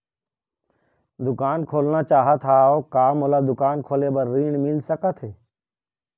दुकान खोलना चाहत हाव, का मोला दुकान खोले बर ऋण मिल सकत हे?